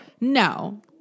No